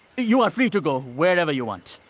you are free to go wherever you want.